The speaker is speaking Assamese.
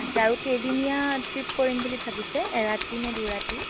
আচ্ছা আৰু কেইদিনীয়া ট্ৰিপ কৰিম বুলি ভবিছে এৰাতি নে দুৰাতি